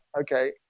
okay